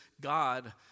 God